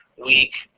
week,